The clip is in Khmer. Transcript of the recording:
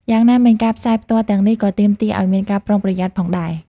យ៉ាងណាមិញ ការផ្សាយផ្ទាល់ទាំងនេះក៏ទាមទារឱ្យមានការប្រុងប្រយ័ត្នផងដែរ។